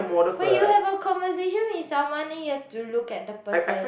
when you have a conversation with someone then you have to look at the person